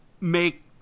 make